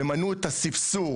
ומנעו את הספסור,